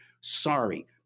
Sorry